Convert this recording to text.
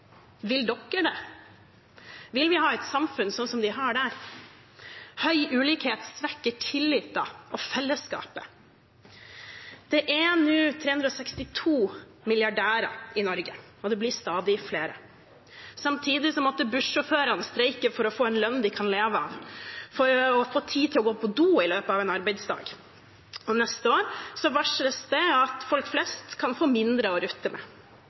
Vil regjeringen det? Vil vi ha et samfunn slik som de har der? En høy grad av ulikhet svekker tilliten og fellesskapet. Det er nå 362 milliardærer i Norge, og det blir stadig flere, samtidig som bussjåførene streiker for å få en lønn de kan leve av, og få tid til å gå på do i løpet av en arbeidsdag. Og neste år varsles det at folk flest kan få mindre å rutte med.